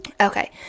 Okay